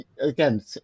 Again